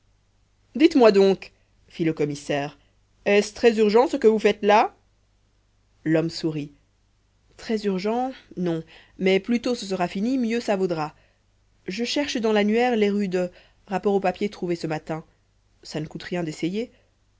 dites-moi donc fit le commissaire est-ce très urgent ce que vous faites là l'homme sourit très urgent non mais plus tôt ce sera fini mieux ça vaudra je cherche dans l'annuaire les rues de rapport au papier trouvé ce matin ça ne coûte rien d'essayer